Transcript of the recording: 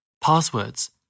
passwords